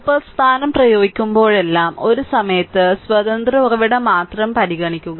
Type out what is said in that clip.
super സ്ഥാനം പ്രയോഗിക്കുമ്പോഴെല്ലാം ഒരു സമയം സ്വതന്ത്ര ഉറവിടം മാത്രം പരിഗണിക്കുക